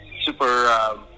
super